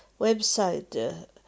website